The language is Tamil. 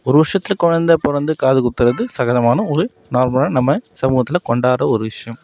ஒரு வருஷத்துல கொழந்தை பிறந்து காது குத்துறது சகஜமான ஒரு நார்மலாக நம்ம சமூகத்தில் கொண்டாடுற ஒரு விஷயம்